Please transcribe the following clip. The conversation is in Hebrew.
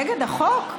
נגד החוק?